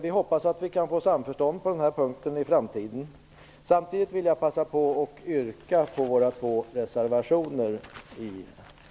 Vi hoppas att vi kan få samförstånd på den här punkten i framtiden. Samtidigt vill jag passa på att yrka bifall till våra två reservationer i betänkandet.